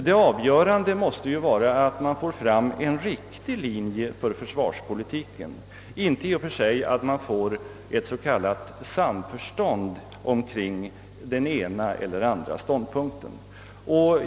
Det avgörande måste ju vara att få fram en riktig linje för försvarspolitiken, inte i och för sig att man får ett s.k. samförstånd omkring den ena eller andra ståndpunkten.